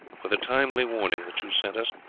for the timely warning that you sent us,